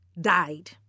died